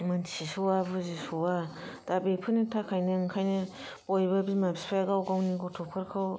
मोनथिस'या बुजिस'या दा बेफोरनि थाखायनो ओंखायनो बयबो बिमा बिफाया गाव गावनि गथ'फोरखौ